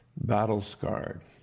battle-scarred